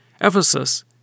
Ephesus